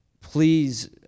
please